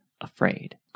afraid